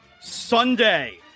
Sunday